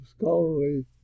scholarly